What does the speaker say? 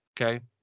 Okay